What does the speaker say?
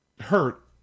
Hurt